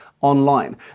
online